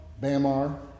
bamar